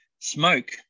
smoke